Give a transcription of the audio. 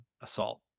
assault